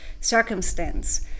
circumstance